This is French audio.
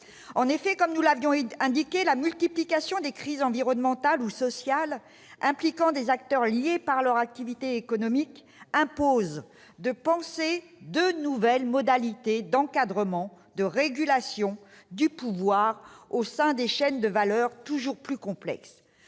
En effet, comme nous l'avions indiqué, la multiplication des crises environnementales ou sociales impliquant des acteurs liés par leur activité économique impose de penser de nouvelles modalités d'encadrement, de régulation du pouvoir au sein de chaînes de valeur toujours plus complexes.